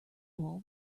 bowl